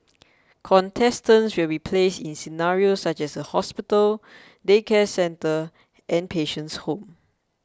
contestants will be placed in scenarios such as a hospital daycare centre and patient's home